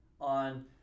on